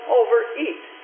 overeat